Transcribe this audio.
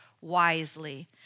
wisely